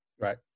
Right